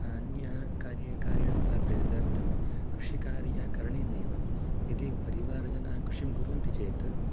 अन्यः कार्ये न लभ्यते तदर्थं कृषिकार्यं करणीयमेव यदि परिवारजनाः कृषिं कुर्वन्ति चेत्